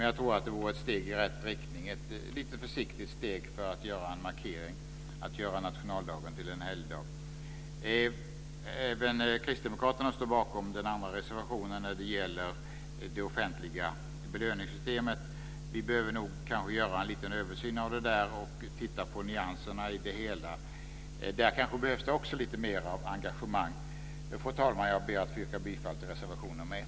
Jag tror att det vore ett steg i rätt riktning, ett litet försiktigt steg för att göra en markering, att göra nationaldagen till en helgdag. Även kristdemokraterna står bakom den andra reservationen om det offentliga belöningssystemet. Vi behöver nog kanske göra en liten översyn av det och titta på nyanserna i det hela. Där kanske det också behövs lite mer av engagemang. Fru talman! Jag ber att få yrka bifall till reservation nr 1.